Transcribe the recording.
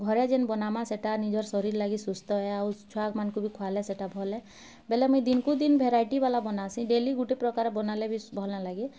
ଘରେ ଯେନ୍ ବନବା ସେଟା ନିଜର ଶରୀର ଲାଗି ସୁସ୍ଥ ହେ ଛୁଆମାନଙ୍କୁ ବି ଖୁଆଲେ ସେଟା ଭଲ ବେଲେ ମୁଇଁ ଦିନକୁ ଦିନ ଭେରାଇଟି ବାଲା ବନାସି ଡେଲି ଗୁଟେ ପ୍ରକାର ବନାଲେ ବି ଭଲ୍ ନାଇ ଲାଗେ